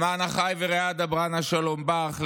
למען אחַי ורֵעָי אֲדַבְּרָה-נא שלום בך.